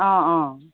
অঁ অঁ